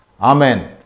Amen